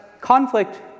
conflict